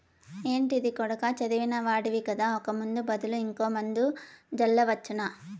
ఏంటిది కొడకా చదివిన వాడివి కదా ఒక ముందు బదులు ఇంకో మందు జల్లవచ్చునా